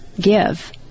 give